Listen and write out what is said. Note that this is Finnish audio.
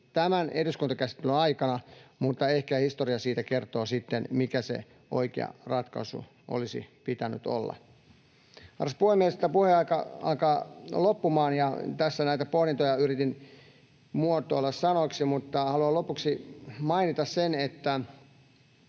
tämän eduskuntakäsittelyn aikana, mutta ehkä historia siitä kertoo sitten, mikä sen oikean ratkaisun olisi pitänyt olla. Arvoisa puhemies! Puheaika alkaa loppumaan, ja tässä näitä pohdintoja yritin muotoilla sanoiksi, mutta haluan lopuksi mainita sen, että